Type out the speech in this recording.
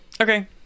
Okay